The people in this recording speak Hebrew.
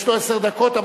יש לו עשר דקות,